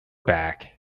back